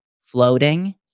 floating